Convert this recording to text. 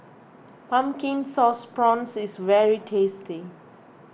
Pumpkin Sauce Prawns is very tasty